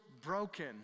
broken